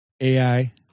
AI